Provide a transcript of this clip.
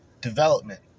development